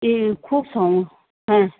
এ খুব হ্যাঁ